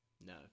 No